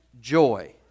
joy